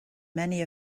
many